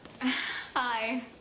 Hi